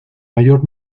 mayor